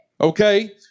Okay